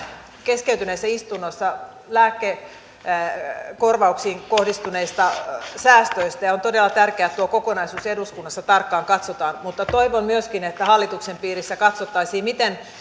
keskeytyneessä istunnossa lääkekorvauksiin kohdistuneista säästöistä ja on todella tärkeää että tuo kokonaisuus eduskunnassa tarkkaan katsotaan mutta toivon myöskin että hallituksen piirissä katsottaisiin miten